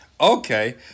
Okay